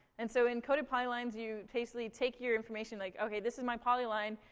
and so, encoded polylines you basically take your information, like, okay, this is my polyline,